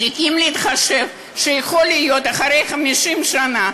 צריכים להתחשב שיכול להיות שאחרי 50 שנה,